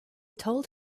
told